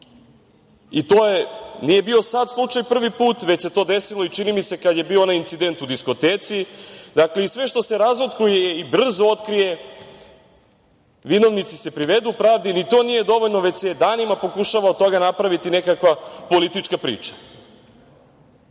To nije bio sad slučaj prvi put, već se to desilo i, čini mi se, kad je bio onaj incident u diskoteci. Dakle, i sve što se razotkrije i brzo otkrije, vinovnici se privedu pravdi, ni to nije dovoljno, već se danima pokušava od toga napraviti nekakva politička priča. Onda